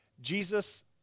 Jesus